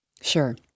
Sure